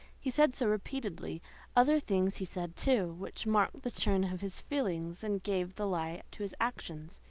he said so repeatedly other things he said too, which marked the turn of his feelings and gave the lie to his actions.